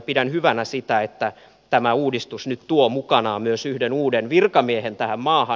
pidän hyvänä sitä että tämä uudistus nyt tuo mukanaan myös yhden uuden virkamiehen tähän maahan